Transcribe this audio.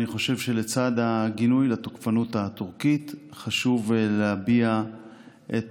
אני חושב שלצד גינוי לתוקפנות הטורקית חשוב להביע את